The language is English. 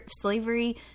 slavery